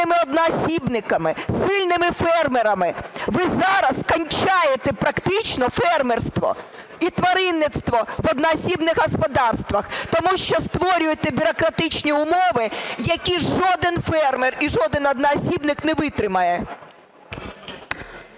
сильними одноосібниками, сильними фермерами. Ви зараз кінчаєте практично фермерство і тваринництво в одноосібних господарствах, тому що створюєте бюрократичні умови, які жоден фермер і жоден одноосібник не витримає.